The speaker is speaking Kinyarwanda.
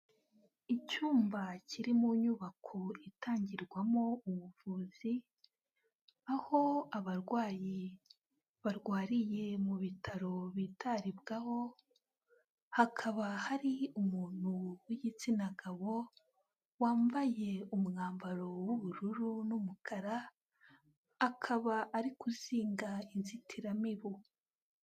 Icyumba kiri mu nyubako itangirwamo ubuvuzi, aho abarwayi barwariye mu bitaro bitaribwaho, hakaba hari umuntu w'igitsina gabo wambaye umwambaro w'ubururu n'umukara, akaba ari kuzinga inzitiramibu.